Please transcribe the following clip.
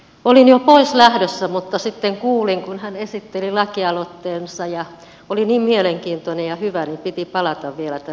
olin jo pois lähdössä mutta sitten kuulin kun hän esitteli lakialoitteensa ja kun se oli niin mielenkiintoinen ja hyvä niin piti palata vielä tänne täysistuntoon